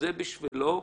זה בשבילו חשוב,